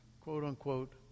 quote-unquote